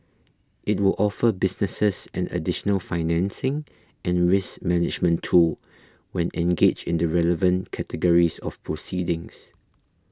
it will offer businesses an additional financing and risk management tool when engaged in the relevant categories of proceedings